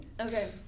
Okay